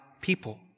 people